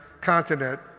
continent